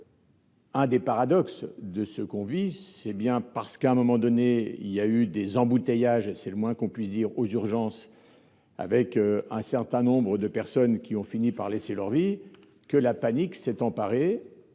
n'y a pas d'urgence. D'ailleurs, c'est bien parce qu'à un moment donné il y a eu des embouteillages, si je puis dire, aux urgences, avec un certain nombre de personnes qui ont fini par y laisser leur vie, que la panique s'est emparée